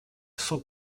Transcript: sans